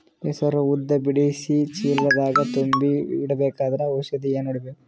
ಹೆಸರು ಉದ್ದ ಬಿಡಿಸಿ ಚೀಲ ದಾಗ್ ತುಂಬಿ ಇಡ್ಬೇಕಾದ್ರ ಔಷದ ಹೊಡಿಬೇಕ?